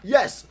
Yes